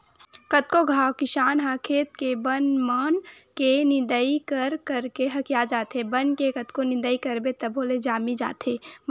कतको घांव किसान ह खेत के बन मन के निंदई कर करके हकिया जाथे, बन के कतको निंदई करबे तभो ले जामी जाथे